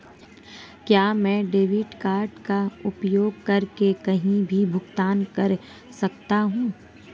क्या मैं debit card का उपयोग करके कहीं भी भुगतान कर सकता हूं?